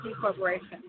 corporation